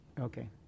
Okay